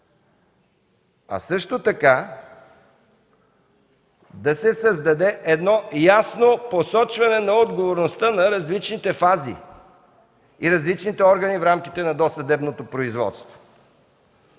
а също така да се създаде едно ясно посочване на отговорността на различните фази и различните органи в рамките на досъдебното производство.